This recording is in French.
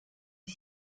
est